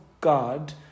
God